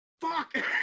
fuck